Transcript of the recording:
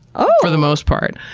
um for the most part.